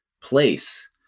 place